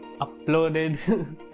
uploaded